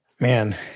Man